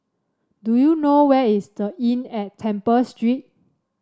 do you know where is The Inn at Temple Street